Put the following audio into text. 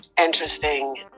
Interesting